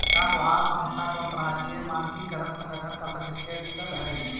का तोहार संस्था को अंतरराष्ट्रीय मानकीकरण संगठन का सर्टिफिकेट मिलल हई